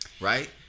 right